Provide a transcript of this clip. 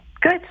Good